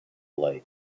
light